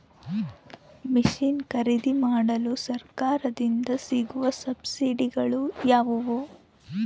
Mission ಖರೇದಿಮಾಡಲು ಸರಕಾರದಿಂದ ಸಿಗುವ ಸಬ್ಸಿಡಿಗಳು ಯಾವುವು?